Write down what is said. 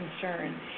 concern